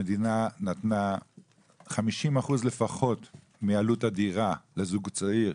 המדינה נתנה 50% לפחות מעלות הדירה לזוג צעיר,